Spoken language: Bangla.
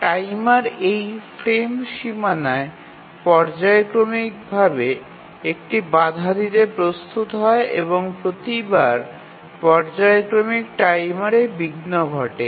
টাইমার এই ফ্রেম সীমানায় পর্যায়ক্রমিক ভাবে একটি বাধা দিতে প্রস্তুত হয় এবং প্রতিবার পর্যায়ক্রমিক টাইমারে বিঘ্ন ঘটে